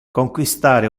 conquistare